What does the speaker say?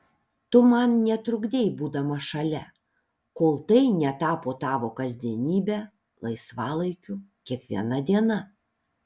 tu man netrukdei būdama šalia kol tai netapo tavo kasdienybe laisvalaikiu kiekviena diena